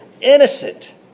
innocent